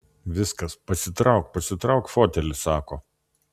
viskas pasitrauk pasitrauk fotelį sako